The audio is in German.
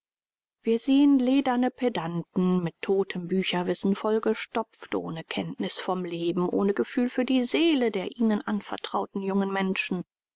wir sehen lederne pedanten mit totem bücherwissen vollgestopft ohne kenntnis vom leben ohne gefühl für die seelen der ihnen anvertrauten jungen menschen